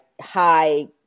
high